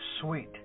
Sweet